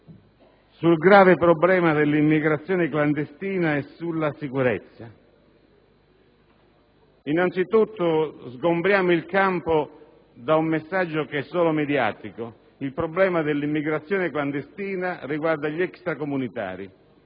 sul grave problema dell'immigrazione clandestina e sulla sicurezza. Anzitutto sgombriamo il campo da un messaggio che è solo mediatico: il problema dell'immigrazione clandestina riguarda gli extracomunitari,